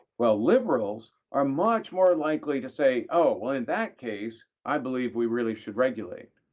well, liberals are much more likely to say, oh, well in that case, i believe we really should regulate,